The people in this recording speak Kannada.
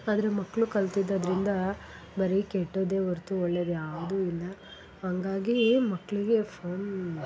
ಆದರೆ ಮಕ್ಕಳು ಕಲ್ತಿದ್ದು ಅದರಿಂದ ಬರೀ ಕೆಟ್ಟದ್ದೇ ಹೊರ್ತು ಒಳ್ಳೇದು ಯಾವುದೂ ಇಲ್ಲ ಹಂಗಾಗಿ ಮಕ್ಕಳಿಗೆ ಫೋನ್